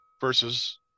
versus